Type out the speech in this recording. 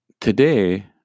Today